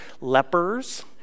lepers